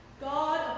God